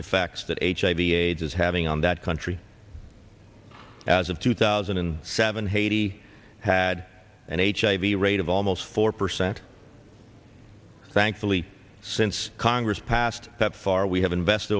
effects that hiv aids is having on that country as a two thousand and seven haiti had and hiv rate of almost four percent thankfully since congress passed that far we have invested